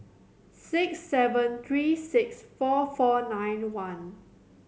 six seven three six four four nine one